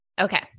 Okay